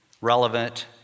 relevant